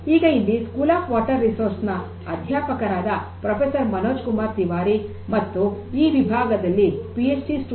ಈಗ ಇಲ್ಲಿ school of water resources ನಲ್ಲಿ ಅಧ್ಯಾಪಕರಾದ ಪ್ರೊಫೆಸರ್ ಮನೋಜ್ ಕುಮಾರ್ ತಿವಾರಿ ಮತ್ತು ಈ ವಿಭಾಗದಲ್ಲಿ ಪಿ ಎಚ್ ಡಿ Ph